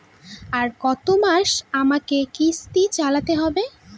আর কতমাস আমাকে কিস্তি চালাতে হবে?